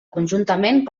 conjuntament